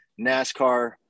NASCAR